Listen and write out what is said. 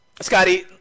Scotty